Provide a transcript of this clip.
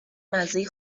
مزه